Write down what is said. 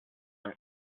and